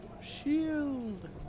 Shield